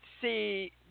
see